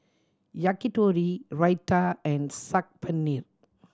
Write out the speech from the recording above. Yakitori Raita and Saag Paneer